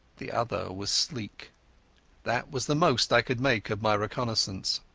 the other was sleek that was the most i could make of my reconnaissance.